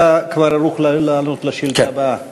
אתה כבר ערוך לענות על השאילתה הבאה?